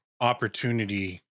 opportunity